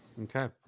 okay